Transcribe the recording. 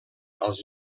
als